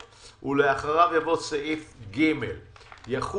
אחרי סעיף קטן (ד) יבוא סעיף (ה).